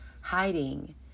hiding